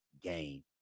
game